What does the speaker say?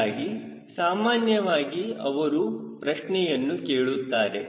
ಹೀಗಾಗಿ ಸಾಮಾನ್ಯವಾಗಿ ಅವರು ಪ್ರಶ್ನೆಯನ್ನು ಕೇಳುತ್ತಾರೆ